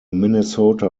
minnesota